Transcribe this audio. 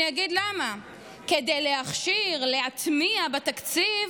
אני אגיד למה: כדי להכשיר להטמיע בתקציב